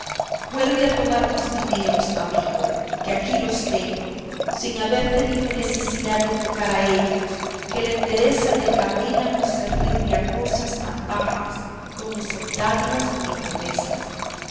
vuelve a tomar tus dineros amigo que aquí los tengo sin haber tenido necesidad de tocar a ellos que la entereza de camila no se rinde a cosas tan bajas como son dádivas ni promesas